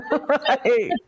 right